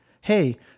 Hey